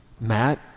Matt